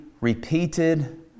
repeated